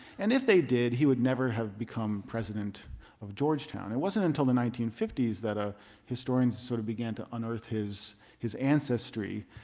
and if they did, he would never have become president of georgetown. it wasn't until the nineteen fifty s that ah historians sort of began to unearth his his ancestry.